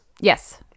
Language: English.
Yes